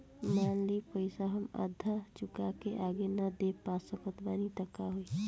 मान ली पईसा हम आधा चुका के आगे न दे पा सकत बानी त का होई?